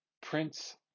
Prince